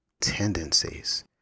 tendencies